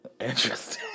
Interesting